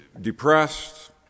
depressed